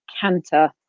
canter